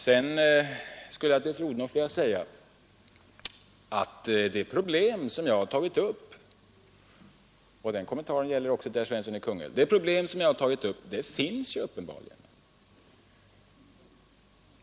Sedan vill jag säga till fru Odhnoff och herr Svensson i Kungälv att det problem som jag har tagit upp finns uppenbarligen.